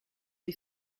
des